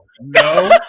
no